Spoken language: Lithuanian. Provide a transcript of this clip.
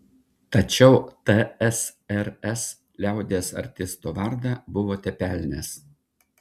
tačiau tsrs liaudies artisto vardą buvote pelnęs